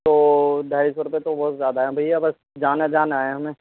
تو ڈھائی سو روپیہ تو بہت زیادہ ہے بھیا بس جانا جانا ہے ہمیں